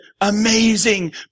amazing